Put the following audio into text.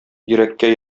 йөрәккә